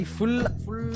full